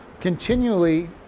continually